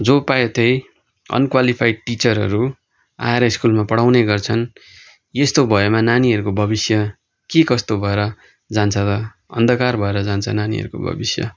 जो पायो त्यही अनक्वालिफाइड टिचरहरू आएर स्कुलमा पढाउने गर्छन् यस्तो भएमा नानीहरूको भविष्य के कस्तो भएर जान्छ त अन्धकार भएर जान्छ नानीहरको भविष्य